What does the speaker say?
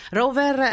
rover